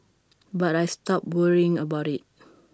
but I stopped worrying about IT